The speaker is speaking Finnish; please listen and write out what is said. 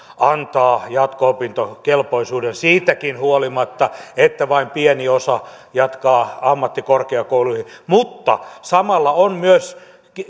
antaa jatko opintokelpoisuuden siitäkin huolimatta että vain pieni osa jatkaa ammattikorkeakouluihin mutta samalla on myös